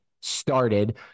started